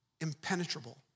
impenetrable